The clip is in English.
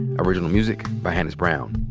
original music by hannis brown.